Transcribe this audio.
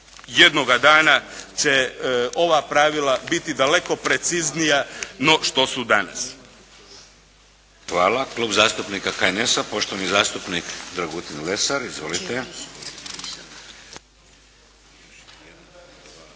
jednoga dana će ova pravila biti daleko preciznija no što su danas. **Šeks, Vladimir (HDZ)** Hvala. Klub zastupnika HNS-a, poštovani zastupnik Dragutin Lesar. Izvolite.